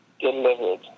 delivered